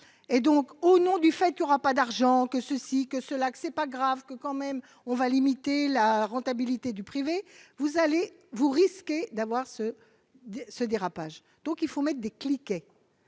et donc au nom du fait qu'il y aura pas d'argent que ceci, que cela, que c'est pas grave que quand même on va limiter la rentabilité du privé, vous allez vous risquez d'avoir ce ce dérapage, donc il faut maître des clichés